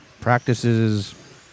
Practices